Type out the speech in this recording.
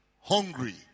hungry